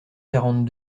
quarante